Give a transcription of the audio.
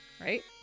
Right